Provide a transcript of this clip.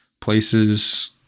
places